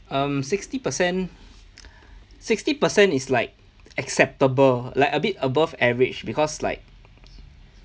um sixty percent sixty percent is like acceptable like a bit above average because like